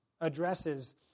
addresses